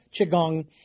Qigong